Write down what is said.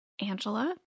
Angela